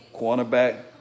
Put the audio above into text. cornerback